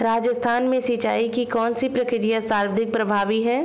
राजस्थान में सिंचाई की कौनसी प्रक्रिया सर्वाधिक प्रभावी है?